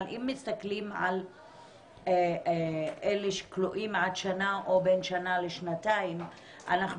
אבל אם מסתכלים על אלה שכלואים עד שנה או בין שנה לשנתיים אנחנו